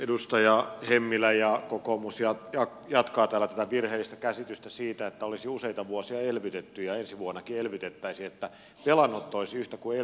edustaja hemmilä ja kokoomus jatkavat täällä tätä virheellistä käsitystä siitä että olisi useita vuosia elvytetty ja ensi vuonnakin elvytettäisiin että velanotto olisi yhtä kuin elvyttäminen